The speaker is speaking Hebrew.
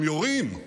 הם יורים,